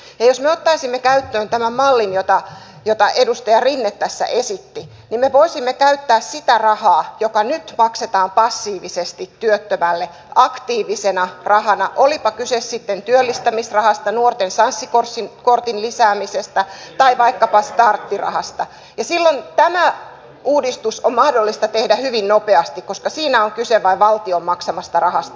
jos me ottaisimme käyttöön tämän mallin jota edustaja rinne tässä esitti me voisimme käyttää sitä rahaa joka nyt maksetaan passiivisesti työttömälle aktiivisena rahana olipa kyse sitten työllistämisrahasta nuorten sanssi kortin lisäämisestä tai vaikkapa starttirahasta ja silloin tämä uudistus on mahdollista tehdä hyvin nopeasti koska siinä on kyse vain valtion maksamasta rahasta